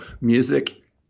music